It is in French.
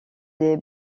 des